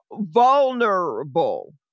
Vulnerable